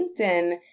LinkedIn